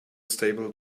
stable